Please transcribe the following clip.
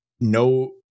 no